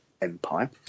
empire